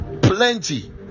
plenty